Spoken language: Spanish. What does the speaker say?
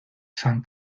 san